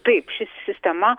taip ši sistema